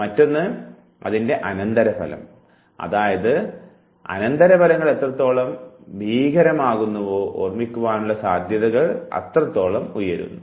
മറ്റൊന്ന് അതിൻറെ അനന്തരഫലം അതിനാൽ അനന്തരഫലങ്ങൾ എത്രത്തോളം ഭീകരമാകുന്നുവോ ഓർമ്മിക്കുവാനുള്ള സാധ്യതകൾ അത്രത്തോളം ഉയരുന്നു